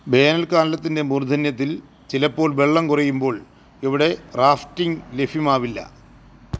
വേനൽക്കാലത്തിന്റെ മൂര്ദ്ധന്യത്തില് ചിലപ്പോള് വെള്ളം കുറയുമ്പോൾ ഇവിടെ റാഫ്റ്റിംഗ് ലഭ്യമാവില്ല